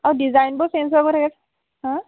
অঁ ডিজাইনবোৰ চেঞ্জ হৈ গৈ থাকে হা